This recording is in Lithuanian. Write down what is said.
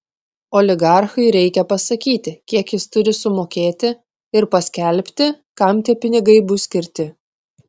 oligarchui reikia pasakyti kiek jis turi sumokėti ir paskelbti kam tie pinigai bus skirti